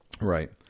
Right